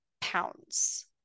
pounds